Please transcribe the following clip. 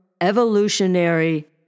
evolutionary